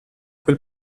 quel